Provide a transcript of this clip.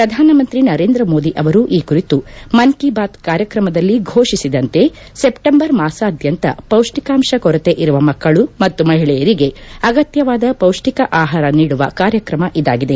ಪ್ರಧಾನಮಂತ್ರಿ ನರೇಂದ್ರವೋದಿ ಅವರು ಈ ಕುರಿತು ಮನ್ ಕೀ ಬಾತ್ ಕಾರ್ಯಕ್ರಮದಲ್ಲಿ ಫೋಷಿಸಿದಂತೆ ಸೆಪ್ಲೆಂಬರ್ ಮಾಸಾದ್ಯಂತ ಪೌಷ್ನಿಕಾಂಶ ಕೊರತೆ ಇರುವ ಮಕ್ಕಳು ಮತ್ತು ಮಹಿಳೆಯರಿಗೆ ಅಗತ್ನವಾದ ಪೌಷ್ನಿಕ ಆಹಾರ ನೀಡುವ ಕಾರ್ಯಕ್ರಮ ಇದಾಗಿದೆ